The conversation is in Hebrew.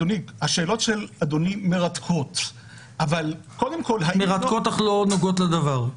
השאלות של אדוני מרתקות --- מרתקות אך לא נוגעות לדבר?